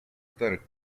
старых